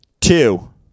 Two